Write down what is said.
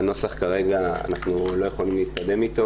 כרגע אנחנו לא יכולים להתקדם עם הנוסח.